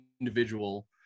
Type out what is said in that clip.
individual –